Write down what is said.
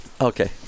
Okay